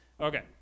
Okay